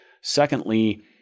Secondly